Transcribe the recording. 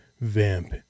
Vamp